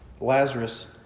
Lazarus